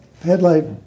headlight